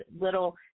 little